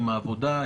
עם העבודה,